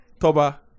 Toba